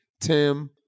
Tim